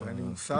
אין לי מושג.